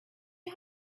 you